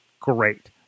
great